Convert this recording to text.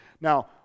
Now